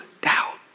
doubt